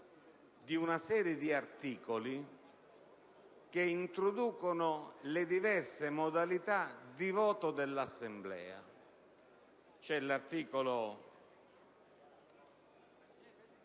una serie di articoli che introducono le diverse modalità di voto dell'Assemblea,